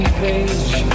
page